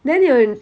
then 你有